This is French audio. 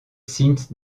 sint